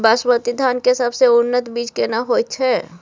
बासमती धान के सबसे उन्नत बीज केना होयत छै?